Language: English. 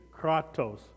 kratos